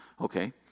Okay